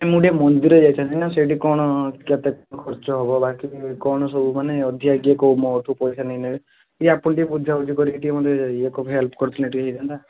ମୁଁ ଟିକିଏ ମନ୍ଦିର ଯାଇଥାନ୍ତି ନା ସେଠି କଣ କେତେ କଣ ଖର୍ଚ୍ଚ ହେବ ବାକି କଣ ସବୁ ମାନେ ଅଧିକା କିଏ କେଉଁ ମୋଠୁ ପଇସା ନେଇନେବେ ଟିକିଏ ଆପଣ ଟିକିଏ ବୁଝାବୁଝି କରିକି ଟିକିଏ ମୋତେ ଇଏ ହେଲ୍ପ କରିଥିଲେ ଟିକିଏ ହେଇଥାନ୍ତା